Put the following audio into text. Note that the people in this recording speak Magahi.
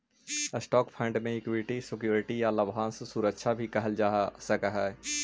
स्टॉक फंड के इक्विटी सिक्योरिटी या लाभांश सुरक्षा भी कहल जा सकऽ हई